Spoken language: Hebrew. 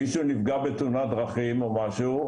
מי שנפגע בתאונת דרכים או משהו,